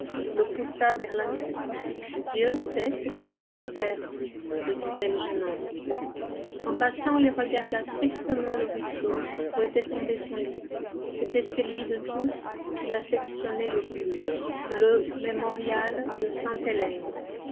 le poussa vers la maison dieu sait ce qu'il va me faire se disait le jeune homme en passant il regarda tristement le ruisseau où était tombé son livre c'était celui de tous qu'il affectionnait le plus le mémorial de sainte-hélène